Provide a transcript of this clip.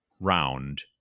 round